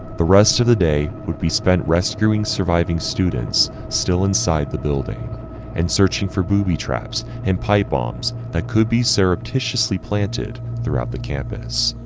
the rest of the day would be spent rescuing surviving students still inside the building and searching for booby traps and pipe bombs that could be surreptitiously planted throughout the campus